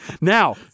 Now